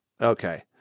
Okay